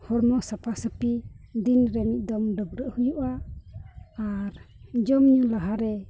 ᱦᱚᱲᱢᱚ ᱥᱟᱯᱷᱟ ᱥᱟᱹᱯᱷᱤ ᱫᱤᱱ ᱨᱮ ᱢᱤᱫ ᱫᱚᱢ ᱰᱟᱹᱵᱽᱨᱟᱹᱜ ᱦᱩᱭᱩᱜᱼᱟ ᱟᱨ ᱡᱚᱢᱼᱧᱩ ᱞᱟᱦᱟᱨᱮ